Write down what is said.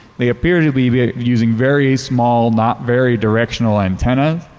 they appear to be using very small, not very directional antenna.